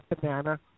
Banana